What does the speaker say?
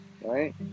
Right